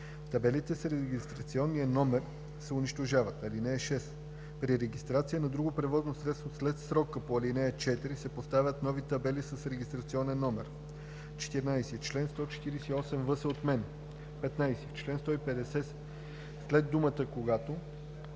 Табелите с регистрационния номер се унищожават. (6) При регистрация на друго превозно средство след срока по ал. 4 се поставят нови табели с регистрационен номер.“ 14. Член 148в се отменя. 15. В чл. 150 след думата „когато“